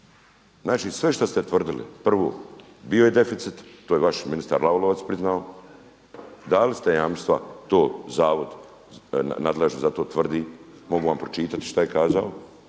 Znači sve što ste tvrdili, prvo, bio je deficit to je vaš ministar Lalovac priznao, dali ste jamstva to zavod nadležni za to tvrdi, mogu vam pročitati šta je kazao